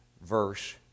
verse